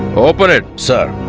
open it so